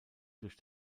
durch